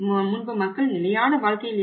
முன்பு மக்கள் நிலையான வாழ்க்கையில் இருந்தனர்